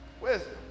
Wisdom